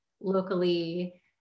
locally